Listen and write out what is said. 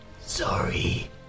Sorry